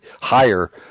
higher